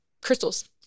crystals